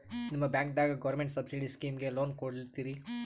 ನಿಮ ಬ್ಯಾಂಕದಾಗ government subsidy ಸ್ಕೀಮಿಗಿ ಲೊನ ಕೊಡ್ಲತ್ತೀರಿ?